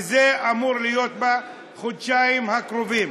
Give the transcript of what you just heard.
וזה אמור להיות בחודשיים הקרובים.